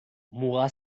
muga